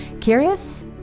Curious